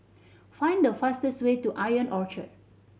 find the fastest way to Ion Orchard